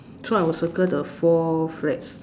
so I will circle the four flags